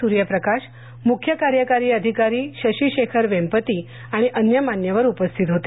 सूर्यप्रकाश मुख्य कार्यकारी अधिकारी शशी शेखर वेम्पती आणि अन्य मान्यवर उपस्थित होते